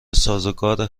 سازوکار